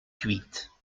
huit